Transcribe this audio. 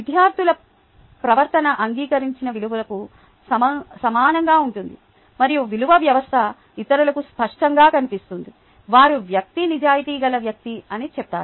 విద్యార్థుల ప్రవర్తన అంగీకరించిన విలువకు సమానంగా ఉంటుంది మరియు విలువ వ్యవస్థ ఇతరులకు స్పష్టంగా కనిపిస్తుంది వారు వ్యక్తి నిజాయితీగల వ్యక్తి అని చెప్తారు